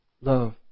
love